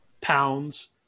pounds